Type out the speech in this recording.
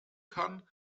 kann